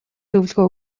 зөвлөгөө